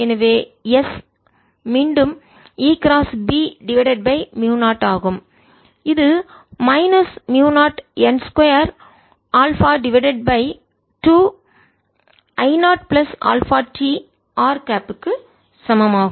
எனவே S மீண்டும் E cross B divided by மியூ0 ஆகும் இது மைனஸ் மியூ0 n 2 alpha divided by 2 I 0 plus alpha t r cap க்கு சமம் ஆகும்